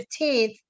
15th